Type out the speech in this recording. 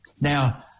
Now